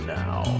now